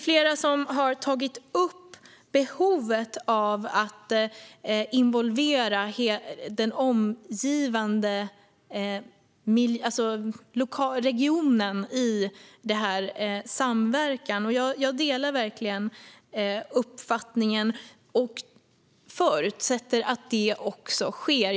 Flera har tagit upp behovet av att involvera den omgivande regionen i denna samverkan, och jag delar verkligen den uppfattningen och förutsätter att det också sker.